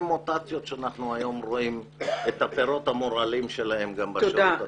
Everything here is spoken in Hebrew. מוטציות שאנחנו היום רואים את הפירות המורעלים שלהם גם בשירות הציבורי.